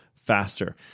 faster